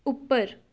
ਉੱਪਰ